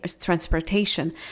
transportation